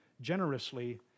generously